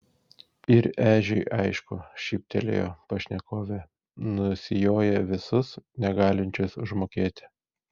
ir ežiui aišku šyptelėjo pašnekovė nusijoja visus negalinčius užmokėti